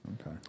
Okay